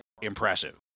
impressive